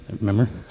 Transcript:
Remember